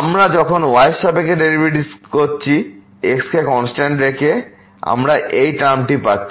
আমরা যখন y এর সাপেক্ষে এর ডেরিভেটিভ করছি x কে কন্সটান্ট রেখে আমরা এই টার্ম টি পাচ্ছি